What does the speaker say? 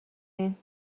این